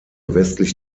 westlich